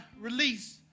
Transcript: release